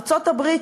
ארצות-הברית,